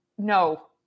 No